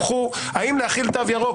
האם להחיל תו ירוק,